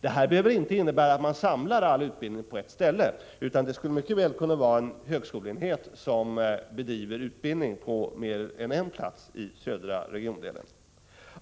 Det här behöver inte innebära att man samlar all utbildning på ett ställe, utan det skulle mycket väl kunna vara en högskoleenhet som bedriver utbildning på mer än en plats i den södra regionsdelen.